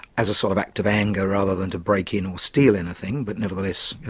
as a sort of act of anger rather than to break in or steal anything, but nevertheless,